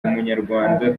umunyarwanda